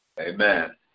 Amen